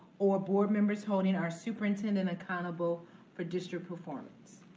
or board members holding our superintendent accountable for district performance.